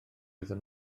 iddyn